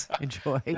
enjoy